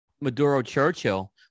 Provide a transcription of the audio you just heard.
Maduro-Churchill